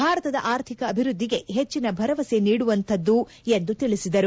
ಭಾರತದ ಆರ್ಥಿಕ ಅಭಿವ್ಯದ್ದಿಗೆ ಹೆಚ್ಚಿನ ಭರವಸೆ ನೀಡಿವೆ ಎಂದು ತಿಳಿಸಿದರು